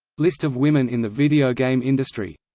list of women in the video game industry